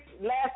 Last